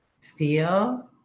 feel